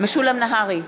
משולם נהרי,